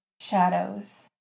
shadows